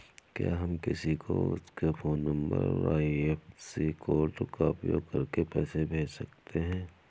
क्या हम किसी को उनके फोन नंबर और आई.एफ.एस.सी कोड का उपयोग करके पैसे कैसे भेज सकते हैं?